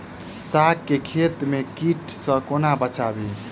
साग केँ खेत केँ कीट सऽ कोना बचाबी?